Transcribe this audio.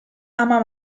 ama